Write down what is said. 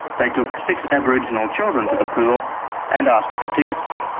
they took six aboriginal children to the pool and asked for tickets.